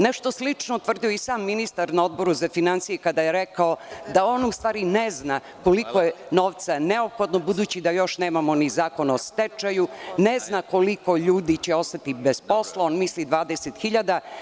Nešto slično je tvrdio i sam ministar na Odboru za finansije kada je rekao da on u stvari ne zna koliko je novca neophodno, a budući da još nemamo ni zakon o stečaju ne zna koliko ljudi će ostati bez posla, misli 20 hiljada.